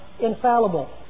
infallible